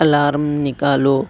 alarm نکالو